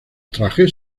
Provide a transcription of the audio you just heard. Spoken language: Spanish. trajes